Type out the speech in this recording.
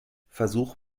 versuch